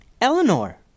Eleanor